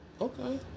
Okay